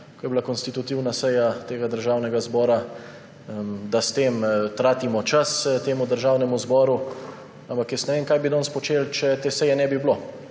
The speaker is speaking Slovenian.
ko je bila konstitutivna seja tega državnega zbora, da s tem tratimo čas temu državnemu zboru. Ampak jaz ne vem, kaj bi danes počeli, če te seje ne bi bilo.